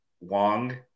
Wong